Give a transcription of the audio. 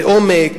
בעומק,